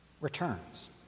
returns